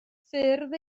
ffyrdd